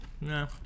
No